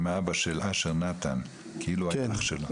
אביו של אשר נתן כאילו הוא היה אח שלו.